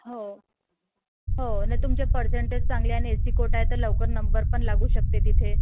हो हो नं तुमचे पर्सेंटेज चांगले आहे आणि एस सी कोटा आहे तर लवकर नंबर पण लागू शकते तिथे